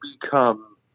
become